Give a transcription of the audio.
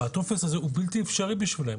והטופס הזה הוא בלתי אפשרי בשבילם,